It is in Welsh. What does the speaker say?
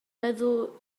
meddwl